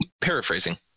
paraphrasing